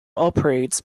operates